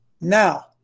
now